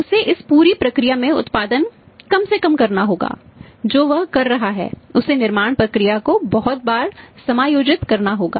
उसे इस पूरी प्रक्रिया में उत्पादन कम से कम करना होगा जो वह कर रहा है उसे निर्माण प्रक्रिया को बहुत बार समायोजित करना होगा